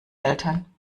eltern